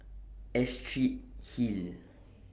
Astrid Hill